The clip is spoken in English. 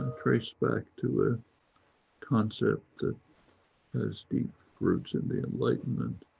traced back to a concept that has deep roots in the enlightenment,